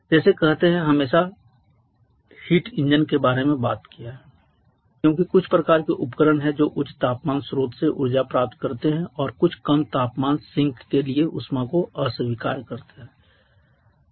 जैसे कहते हैं हमने हमेशा हीट इंजन के बारे में बात की है क्योंकि कुछ प्रकार के उपकरण हैं जो उच्च तापमान स्रोत से ऊर्जा प्राप्त करते हैं और कुछ कम तापमान सिंक के लिए ऊष्मा को अस्वीकार करते हैं